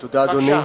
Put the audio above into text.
תודה, אדוני.